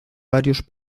varios